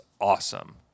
awesome